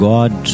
God